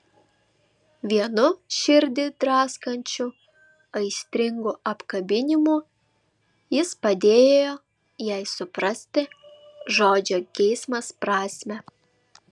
vienu širdį draskančiu aistringu apkabinimu jis padėjo jai suprasti žodžio geismas prasmę